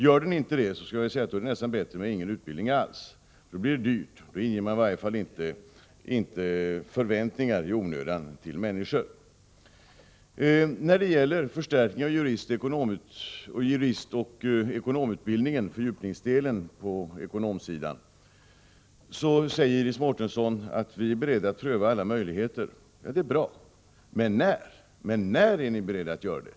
Gör den inte det är det nästan bättre med ingen utbildning alls. Då inger man inte människorna några förväntningar i onödan. När det gäller förstärkning av juristoch ekonomutbildningen, samt ekonomlinjens fördjupningsdel, säger Iris Mårtensson: Vi är beredda att pröva alla möjligheter. Det är bra, men när är ni beredda att göra det?